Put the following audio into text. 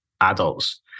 adults